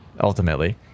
ultimately